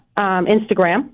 Instagram